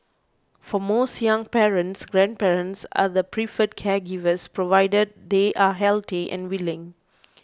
for most young parents grandparents are the preferred caregivers provided they are healthy and willing